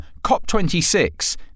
COP26